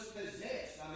possessed